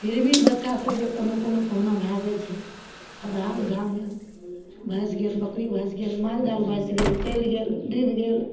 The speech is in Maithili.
फिर भी बच्चा सब जे कोनो कोनो कहुना भए जाइ छै खदहा उदहामे भसि गेल बकरी भसि गेल माल जाल भसि गेल चलि गेल डूबि गेल